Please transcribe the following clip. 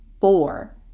four